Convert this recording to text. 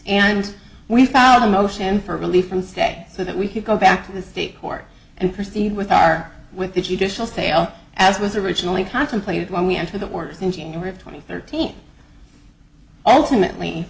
and we found a motion for relief from stay so that we could go back to the state court and proceed with our with the judicial sale as was originally contemplated when we entered the orders in january of twenty thirteen ultimately